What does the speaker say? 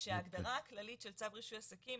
שההגדרה הכללית של צו רישוי עסקים